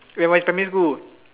ya when is primary school